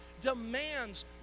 demands